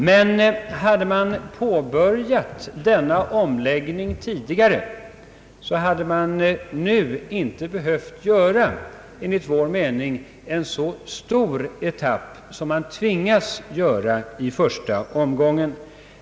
Men om denna omläggning hade påbörjats tidigare, så hade det nu inte enligt vår mening behövt göras en så stor etapp i första omgången.